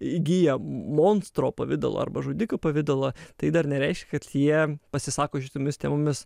įgyja monstro pavidalą arba žudiko pavidalą tai dar nereiškia kad jie pasisako šitomis temomis